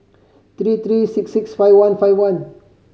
three three six six five one five one